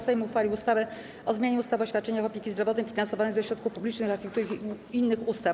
Sejm uchwalił ustawę o zmianie ustawy o świadczeniach opieki zdrowotnej finansowanych ze środków publicznych oraz niektórych innych ustaw.